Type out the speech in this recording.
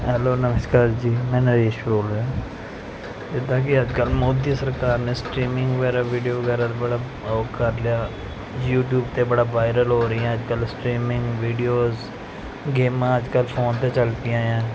hello ਨਮਸਕਾਰ ਜੀ ਮੈਂ ਨਰੇਸ਼ ਬੋਲ ਰਿਹਾ ਜਿੱਦਾਂ ਕਿ ਅੱਜ ਕੱਲ੍ਹ ਮੋਦੀ ਸਰਕਾਰ ਨੇ ਸਟਰੀਮਿੰਗ ਵਗੈਰਾ ਵੀਡੀਓ ਵਗੈਰਾ 'ਤੇ ਬੜਾ ਉਹ ਕਰ ਲਿਆ ਯੂਟਿਊਬ 'ਤੇ ਬੜਾ ਵਾਇਰਲ ਹੋ ਰਹੀਆਂ ਅੱਜ ਕੱਲ੍ਹ ਸਟਰੀਮਿੰਗ ਵੀਡੀਓਜ਼ ਗੇਮਾਂ ਅੱਜ ਕੱਲ੍ਹ ਫੋਨ 'ਤੇ ਚੱਲ ਪਈਆਂ ਆਂ